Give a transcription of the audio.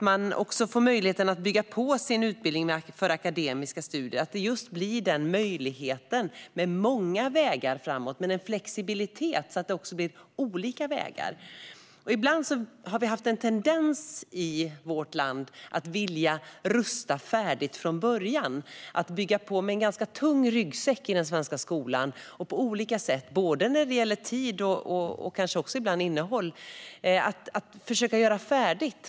Man ska få möjlighet att bygga på sin utbildning för akademiska studier, och det ska just bli en möjlighet med många vägar framåt - med en flexibilitet, så att det också blir olika vägar. Ibland har vi haft en tendens i vårt land att vilja rusta färdigt från början - att bygga på med en ganska tung ryggsäck i den svenska skolan och på olika sätt, inte bara när det gäller tid utan kanske ibland även när det gäller innehåll, försöka göra färdigt.